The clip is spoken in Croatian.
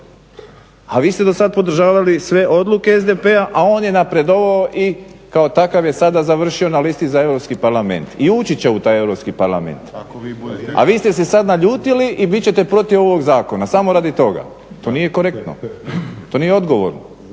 a vi ste do sada podržavali sve odluke SDP-a a on je napredovao i kao takav je sada završio na listi za Europski parlament i ući će u taj Europski parlament. A vi ste se sada naljutili i bit ćete protiv ovog zakona samo radi toga. To nije korektno, to nije odgovorno.